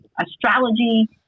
astrology